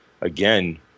again